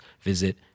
visit